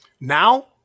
Now –